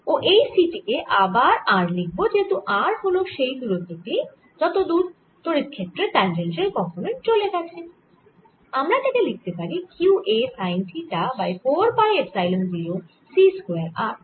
ও এই c t কে আবার r লিখব যেহেতু r হল সেই দূরত্ব টি যত দূর তড়িৎ ক্ষেত্রের ট্যাঞ্জেনশিয়াল কম্পোনেন্ট চলে গেছে আমরা তাকে লিখতে পারি q a sine theta by 4 pi epsilon 0 c square r